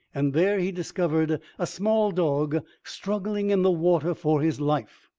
and there he discovered a small dog struggling in the water for his life,